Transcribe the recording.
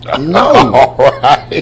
No